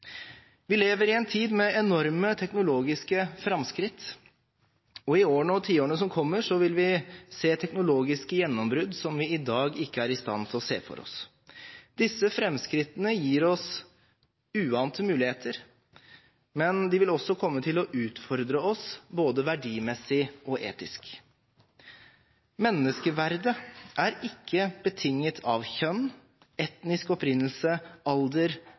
Vi lever i en tid med enorme teknologiske framskritt, og i årene og tiårene som kommer, vil vi se teknologiske gjennombrudd som vi i dag ikke er i stand til å se for oss. Disse framskrittene gir oss uante muligheter, men de vil også komme til å utfordre oss både verdimessig og etisk. Menneskeverdet er ikke betinget av kjønn, etnisk opprinnelse, alder,